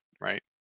right